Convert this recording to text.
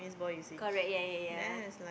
correct ya ya ya